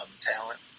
talent